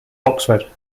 oxford